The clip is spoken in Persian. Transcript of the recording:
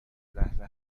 لحظه